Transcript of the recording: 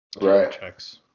Right